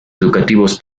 educativos